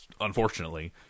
Unfortunately